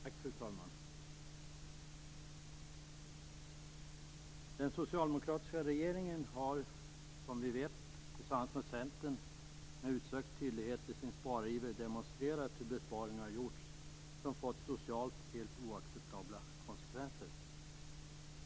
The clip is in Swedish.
Fru talman! Den socialdemokratiska regeringen har som vi vet tillsammans med Centern med utsökt tydlighet i sin spariver demonstrerat hur besparingar har gjorts som fått socialt helt oacceptabla konsekvenser.